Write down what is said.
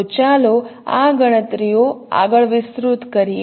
તો ચાલો આ ગણતરીઓ આગળ વિસ્તૃત કરીએ